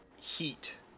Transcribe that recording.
heat